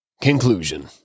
Conclusion